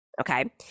okay